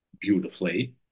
beautifully